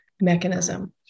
mechanism